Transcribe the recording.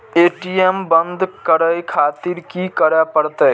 ATM बंद करें खातिर की करें परतें?